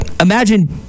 imagine